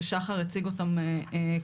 ששחר סולר הציג אותן כאן,